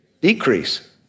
decrease